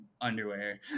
underwear